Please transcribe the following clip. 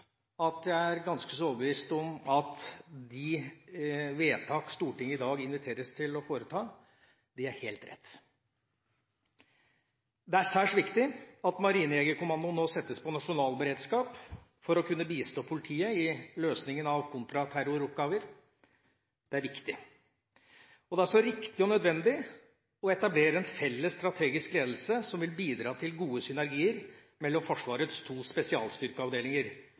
at jeg er ganske så overbevist om at de vedtak Stortinget i dag inviteres til å foreta, er helt rett. Det er særs viktig at Marinejegerkommandoen nå settes på nasjonal beredskap for å kunne bistå politiet i løsningen av kontraterroroppgaver. Det er riktig. Det er også riktig og nødvendig å etablere en felles strategisk ledelse som vil bidra til gode synergier mellom Forsvarets to spesialstyrkeavdelinger